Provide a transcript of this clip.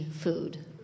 food